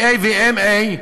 BA ו-MA,